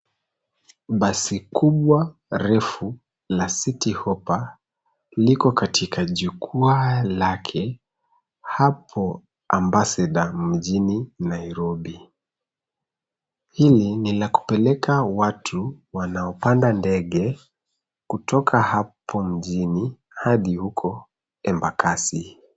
Basi kubwa refu la City Hopper liko katika jukwa lake hapo ambassador mjini Nairobi. Hili ni la kupeleka watu wanaopanda ndege kutoka hapo mjini hadi huko Embakasi.